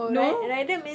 no